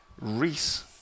Reese